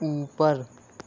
اوپر